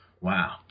Wow